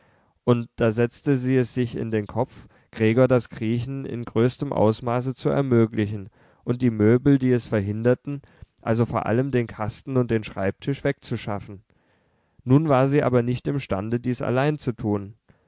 und da setzte sie es sich in den kopf gregor das kriechen in größtem ausmaße zu ermöglichen und die möbel die es verhinderten also vor allem den kasten und den schreibtisch wegzuschaffen nun war sie aber nicht imstande dies allein zu tun